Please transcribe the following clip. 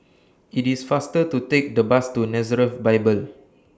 IT IS faster to Take The Bus to Nazareth Bible